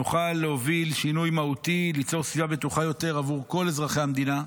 נוכל להוביל שינוי מהותי וליצור סביבה בטוחה יותר עבור כל אזרחי המדינה.